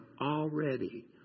already